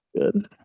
Good